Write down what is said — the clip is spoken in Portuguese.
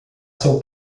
seu